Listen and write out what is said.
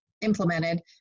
implemented